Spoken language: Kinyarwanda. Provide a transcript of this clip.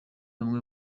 bumwe